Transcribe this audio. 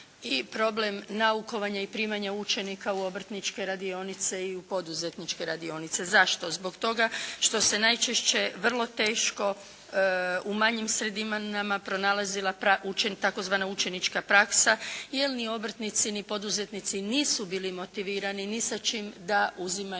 i problem naukovanja i primanja učenika u obrtničke radionice i u poduzetničke radionice. Zašto? Zbog toga što se najčešće vrlo teško u manjim sredinama pronalazila tzv. učenička praksa jer ni obrtnici, ni poduzetnici nisu bili motivirani ni sa čim da uzimaju